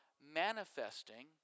manifesting